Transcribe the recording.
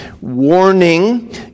warning